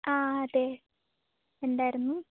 ആ അതെ എന്തായിരുന്നു